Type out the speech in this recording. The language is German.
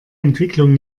entwicklung